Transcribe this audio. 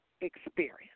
experience